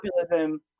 populism